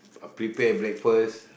uh prepare breakfast